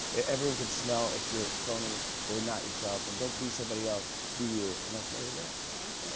everyone can smell if you're phony or not yourself, and don't be somebody else, be you, and that's why you're great. thank